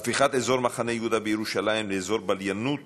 הפיכת אזור מחנה יהודה בירושלים לאזור בליינות